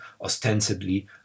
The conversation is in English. ostensibly